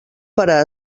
parar